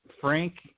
Frank